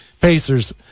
pacers